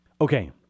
Okay